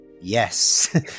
yes